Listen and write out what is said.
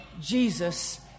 Jesus